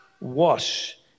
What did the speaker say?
wash